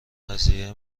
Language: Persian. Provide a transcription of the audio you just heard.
قضیه